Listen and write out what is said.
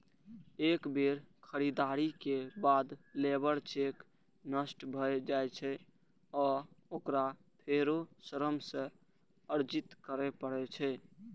एक बेर खरीदारी के बाद लेबर चेक नष्ट भए जाइ छै आ ओकरा फेरो श्रम सँ अर्जित करै पड़ै छै